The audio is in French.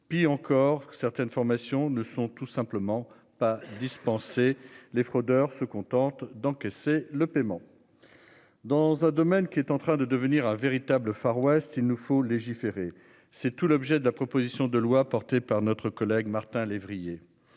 Puis encore que certaines formations ne sont tout simplement pas dispenser les fraudeurs se contente d'encaisser le paiement. Dans un domaine qui est en train de devenir un véritable Far-West. Il nous faut légiférer. C'est tout l'objet de la proposition de loi portée par notre collègue Martin lévrier